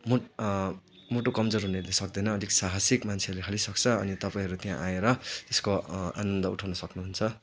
मुट मुटु कमजोर हुनेले सक्दैन अलिक साहासिक मान्छेले खालि सक्छ अनि तपाईँहरू त्यहाँ आएर यसको आनन्द उठाउनु सक्नुहुन्छ